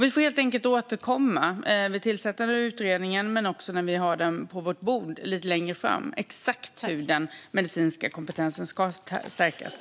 Vi får helt enkelt återkomma lite längre fram, när vi har utredningen på vårt bord, till exakt hur den medicinska kompetensen ska stärkas.